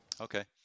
Okay